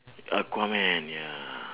aquaman ya